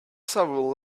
several